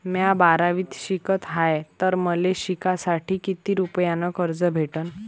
म्या बारावीत शिकत हाय तर मले शिकासाठी किती रुपयान कर्ज भेटन?